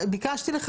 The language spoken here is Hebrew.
לפגיעה מידתית בעסקים.